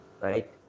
right